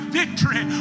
victory